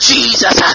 Jesus